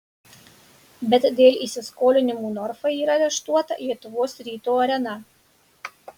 bet dėl įsiskolinimų norfai yra areštuota lietuvos ryto arena